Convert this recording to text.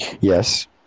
Yes